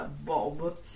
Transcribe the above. Bob